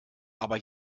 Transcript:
aber